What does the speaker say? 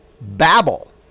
babble